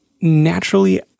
naturally